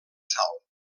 sal